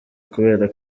kubera